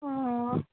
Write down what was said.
ओ